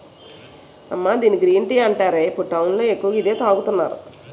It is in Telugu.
అమ్మా దీన్ని గ్రీన్ టీ అంటారే, ఇప్పుడు టౌన్ లో ఎక్కువగా ఇదే తాగుతున్నారు